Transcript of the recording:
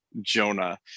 Jonah